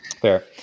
fair